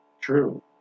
True